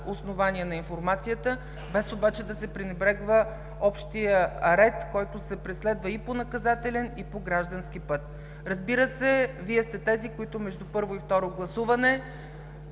основание на информацията, без обаче да се пренебрегва общият ред, който се преследва и по наказателен и по граждански път. Разбира се, Вие сте тези, които между първо и второ гласуване